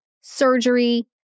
surgery